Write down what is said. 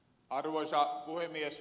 arvoisa puhemies